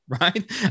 right